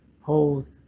hold